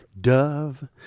dove